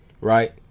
right